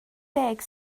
deg